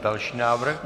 Další návrh.